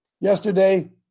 Yesterday